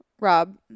Rob